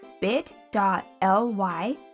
bit.ly